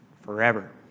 forever